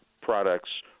products